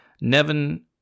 Nevin